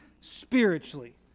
spiritually